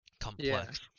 complex